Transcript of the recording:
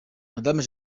madame